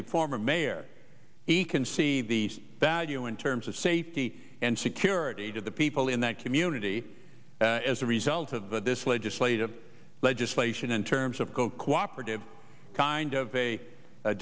a former mayor he can see the value in terms of safety and security to the people in that community as a result of this legislative legislation in terms of co cooperating kind of a